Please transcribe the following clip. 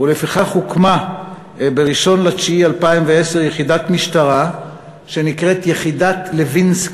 לפיכך הוקמה ב-1 בספטמבר 2010 יחידת משטרה שנקראת יחידת-לוינסקי,